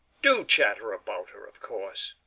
do chatter about her, of course,